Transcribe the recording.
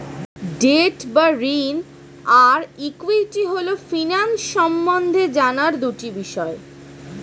date বা ঋণ আর ইক্যুইটি হল ফিন্যান্স সম্বন্ধে জানার দুটি বিষয়